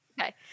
okay